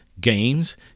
games